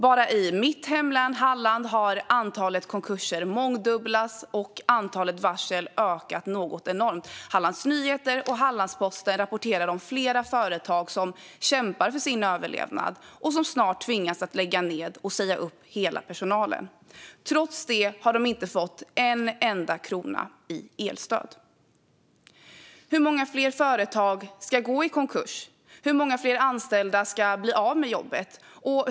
Bara i mitt hemlän Halland har antalet konkurser mångdubblats och antalet varsel ökat något enormt. Hallands Nyheter och Hallandsposten rapporterar om flera företag som kämpar för sin överlevnad och som snart tvingas lägga ned och säga upp hela personalen. Trots det har de inte fått en enda krona i elstöd. Hur många fler företag ska gå i konkurs? Hur många fler anställda ska bli av med jobbet?